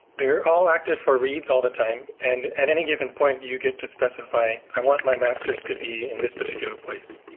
they're all active for reads all the time, and at any given point, you get to specify, i want my masters to be in this particular place,